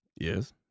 Yes